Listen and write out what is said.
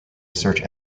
search